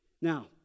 Now